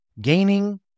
gaining